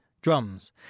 Drums